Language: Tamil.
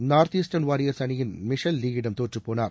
நா்த்இஸ்டர்ன் வாரியர்ஸ் அணியின் மிஷல் லீ யிடம் தோற்றுப்போனார்